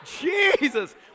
Jesus